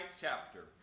chapter